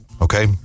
Okay